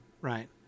right